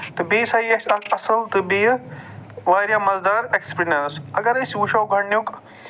تہٕ بیٚیہِ سا یہِ اَصٕل تہٕ بیٚیہِ واریاہ مَزٕ دار اٮ۪کٔسپِرٮ۪نٔس اَگر أسۍ وُچھو گۄڈٕنیُک